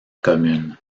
commune